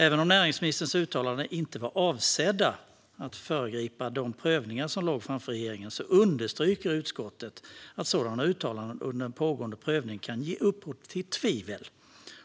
Även om näringsministerns uttalanden inte var avsedda att föregripa de prövningar som låg framför regeringen understryker utskottet att sådana uttalanden under en pågående prövning kan ge upphov till tvivel